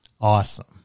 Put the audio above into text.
Awesome